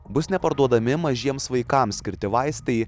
bus neparduodami mažiems vaikams skirti vaistai